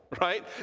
right